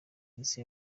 elsa